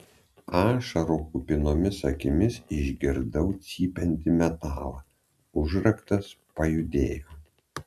ašarų kupinomis akimis išgirdau cypiantį metalą užraktas pajudėjo